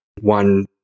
one